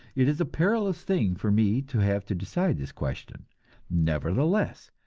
it is a perilous thing for me to have to decide this question nevertheless,